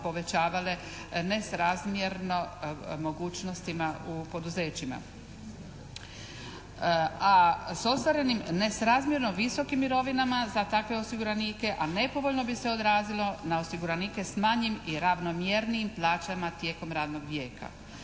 povećavale nesrazmjerno mogućnostima u poduzećima. A s ostvarenim nesrazmjerom visokim mirovinama za takve osiguranike, a nepovoljno bi se odrazilo na osiguranike s manjim i ravnomjernijim plaćama tijekom radnog vijeka.